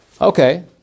Okay